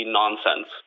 nonsense